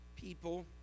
people